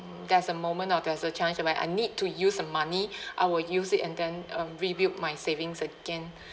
there's a moment or there's a chance where I need to use money I will use it and then uh rebuilt my savings again